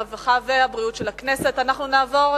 הרווחה והבריאות נתקבלה.